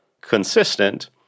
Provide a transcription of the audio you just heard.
consistent